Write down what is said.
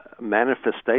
manifestation